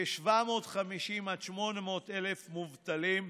כ-750,000 800,000 מובטלים,